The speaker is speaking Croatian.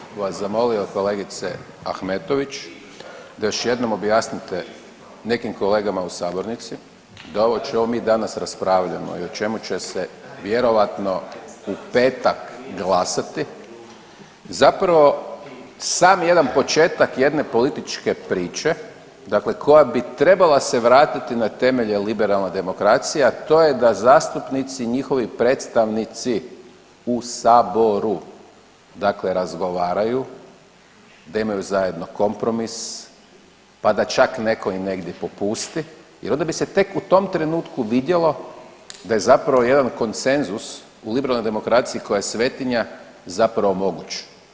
Ja bih vas zamolio kolegice Ahmetović da još jednom objasnite nekim kolegama u sabornici da ovo o čemu mi danas raspravljamo i o čemu će se vjerojatno u petak glasati, zapravo sam jedan početak jedne političke priče, dakle koja bi trebala se vratiti na temelje liberalne demokracije, a to je da zastupnici i njihovi predstavnici saboru dakle razgovaraju, da imaju zajedno kompromis, pa da čak netko i negdje popusti jer onda bi se tek u tom trenutku vidjelo da je zapravo jedan konsenzus u liberalnoj demokraciji koja je svetinja zapravo moguć.